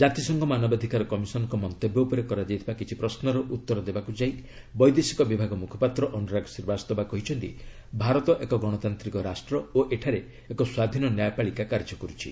ଜାତିସଂଘ ମାନବାଧିକାର କମିଶନରଙ୍କ ମନ୍ତବ୍ୟ ଉପରେ କରାଯାଇଥିବା କିଛି ପ୍ରଶ୍ନର ଉତ୍ତର ଦେବାକୁ ଯାଇ ବୈଦେଶିକ ବିଭାଗ ମୁଖପାତ୍ର ଅନୁରାଗ ଶ୍ରୀବାସ୍ତବା କହିଛନ୍ତି ଭାରତ ଏକ ଗଣତାନ୍ତ୍ରିକ ରାଷ୍ଟ୍ର ଓ ଏଠାରେ ଏକ ସ୍ୱାଧୀନ ନ୍ୟାୟପାଳିକା କାର୍ଯ୍ୟକରୁଛି